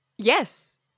Yes